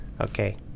Okay